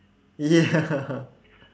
ya